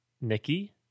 Nikki